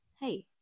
hey